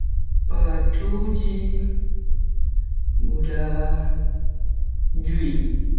Patuuji guda jui.